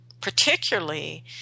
particularly